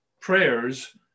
prayers